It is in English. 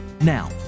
Now